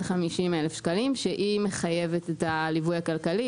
50,000 שקלים שהיא מחייבת את הליווי הכלכלי,